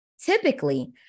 Typically